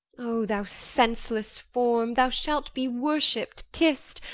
o thou senseless form, thou shalt be worshipp'd, kiss'd,